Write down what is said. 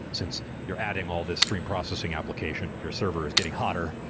since you're adding all the stream processing application. your server is getting hotter.